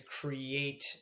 create